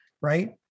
right